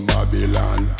Babylon